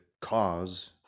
cause